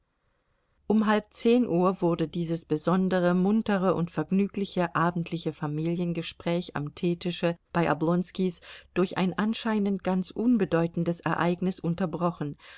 um halb zehn uhr wurde dieses besondere muntere und vergnügliche abendliche familiengespräch am teetische bei oblonskis durch ein anscheinend ganz unbedeutendes ereignis unterbrochen